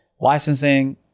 Licensing